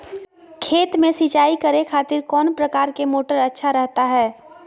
खेत में सिंचाई करे खातिर कौन प्रकार के मोटर अच्छा रहता हय?